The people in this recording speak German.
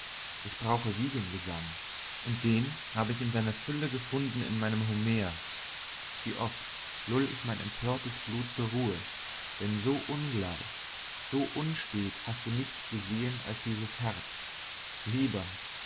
ich brauche wiegengesang und den habe ich in seiner fülle gefunden in meinem homer wie oft lull ich mein empörtes blut zur ruhe denn so ungleich so unstet hast du nichts gesehn als dieses herz lieber